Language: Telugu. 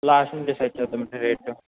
లాస్ట్ నా డిసైడ్ చేద్దామండి రేట్లు